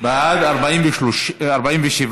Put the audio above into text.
2015, לוועדת החוקה, חוק ומשפט נתקבלה.